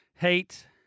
heat